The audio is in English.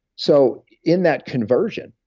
so in that conversion,